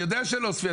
אני יודע שלא אוספים.